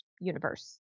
universe